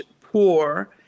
poor